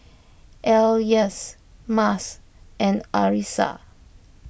Elyas Mas and Arissa